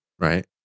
Right